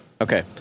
Okay